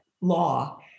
law